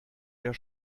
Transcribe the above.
der